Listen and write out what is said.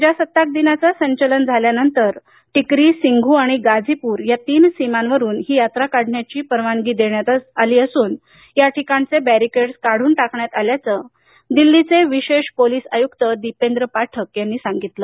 प्रजासत्ताक दिनाचं संचलन झाल्यानंतर टिकरी सिंघू आणि गाझीपुर या तीन सीमावरून ही यात्रा काढण्याची परवानगी देण्यात आली असून या ठिकाणचे बॅरीकेडस काढून टाकण्यात आल्याचं दिल्लीचे विशेष पोलीस आयुक्त दीपेंद्र पाठक यांनी सांगितलं